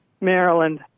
Maryland